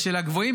בשל הגבוהים,